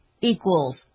equals